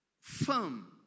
Firm